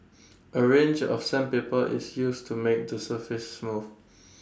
A range of sandpaper is use to make the surface smooth